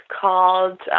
called